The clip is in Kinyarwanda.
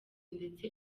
ndetse